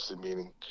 meaning